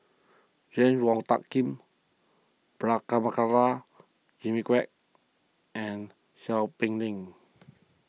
James Wong Tuck Yim Prabhakara Jimmy Quek and Seow Peck Leng